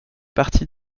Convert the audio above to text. partie